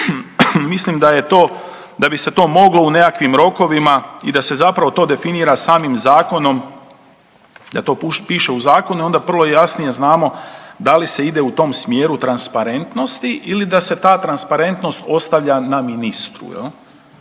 mislim da bi se to moglo u nekakvim rokovima i da se zapravo definira samim zakonom, da to piše u zakonu i onda vrlo jasnije znamo da li se ide u tom smjeru transparentnosti ili da se ta transparentnost ostavlja …/Govornik